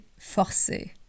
forcé